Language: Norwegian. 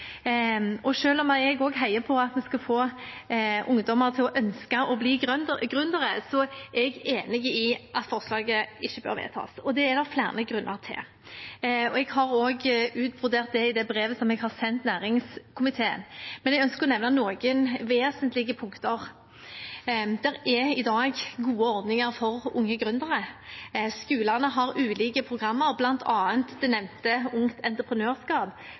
og selv om jeg også heier på at vi skal få ungdommer til å ønske å bli gründere, er jeg enig i at forslaget ikke bør vedtas. Det er det flere grunner til. Jeg har også utbrodert det i brevet jeg har sendt næringskomiteen, men jeg ønsker å nevne noen vesentlige punkter. Det er i dag gode ordninger for unge gründere. Skolene har ulike programmer, bl.a. det nevnte Ungt